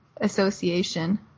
association